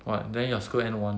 what then your school end one